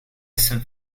some